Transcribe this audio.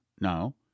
No